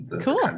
Cool